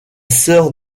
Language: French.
sœur